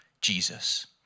Jesus